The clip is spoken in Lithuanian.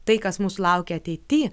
tai kas mūsų laukia ateity